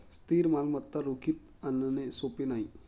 स्थिर मालमत्ता रोखीत आणणे सोपे नाही